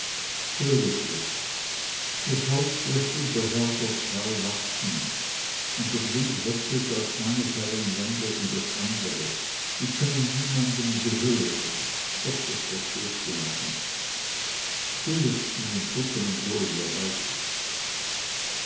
höre fritz das holz läßt unser herrgott frei wachsen und das wild wechselt aus eines herren lande in das andere die können niemand angehören doch das verstehst du noch nicht jetzt geh in den schoppen und hole mir reisig